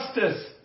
justice